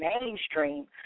mainstream